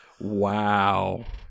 Wow